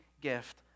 gift